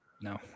No